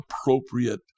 appropriate